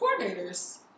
coordinators